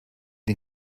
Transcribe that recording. den